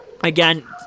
again